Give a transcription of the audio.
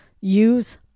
use